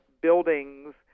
buildings